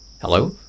hello